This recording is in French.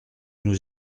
nous